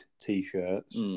t-shirts